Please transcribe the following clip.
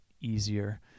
easier